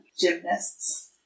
gymnasts